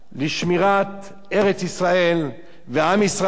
לשמירת ארץ-ישראל ועם ישראל,